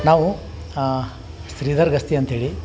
ನಾವು ಶ್ರೀಧರ್ ಗಸ್ತಿ ಅಂತೇಳಿ